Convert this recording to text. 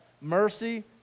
mercy